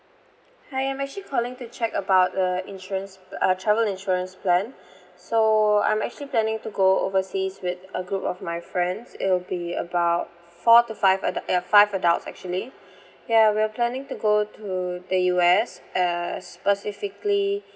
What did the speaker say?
hi I'm actually calling to check about the insurance uh travel insurance plan so I'm actually planning to go overseas with a group of my friends it will be about four to five adu~ uh five adults actually ya we're planning to go to the U_S uh specifically